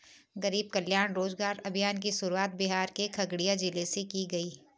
गरीब कल्याण रोजगार अभियान की शुरुआत बिहार के खगड़िया जिले से की गयी है